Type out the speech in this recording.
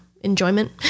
enjoyment